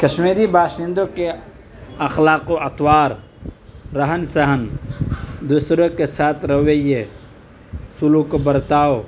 کشمیری باشندوں کے اخلاق و اطوار رہن سہن دوسروں کے ساتھ رویے سلوک و برتاؤ